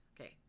okay